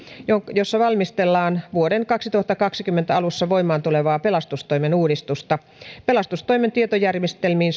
jossa valmistellaan vuoden kaksituhattakaksikymmentä alussa voimaan tulevaa pelastustoimen uudistusta pelastustoimen tietojärjestelmiin